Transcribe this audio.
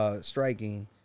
striking